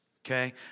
Okay